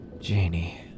Janie